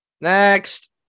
Next